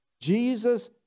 Jesus